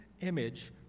image